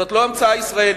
זאת לא המצאה ישראלית.